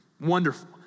Wonderful